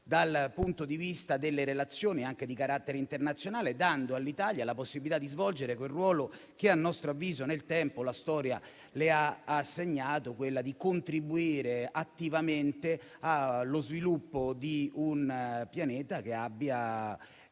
sociale e delle relazioni anche di carattere internazionale), dando all'Italia la possibilità di svolgere quel ruolo che, a nostro avviso, nel tempo la storia le ha assegnato, ossia contribuire attivamente allo sviluppo di un pianeta che abbia